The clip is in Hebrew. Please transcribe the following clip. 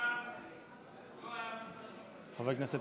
חבר הכנסת